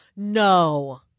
no